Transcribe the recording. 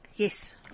Yes